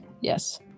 Yes